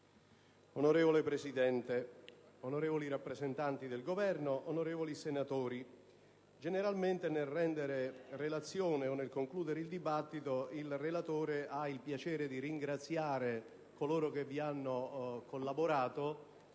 Signor Presidente, onorevoli rappresentanti del Governo, onorevoli senatori, generalmente, nello svolgere la relazione o al termine dei lavori, il relatore ha il piacere di ringraziare coloro che hanno collaborato